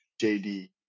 JD